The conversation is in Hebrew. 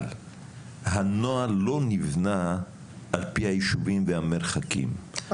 אבל הנוהל לא נבנה על פי היישובים והמרחקים,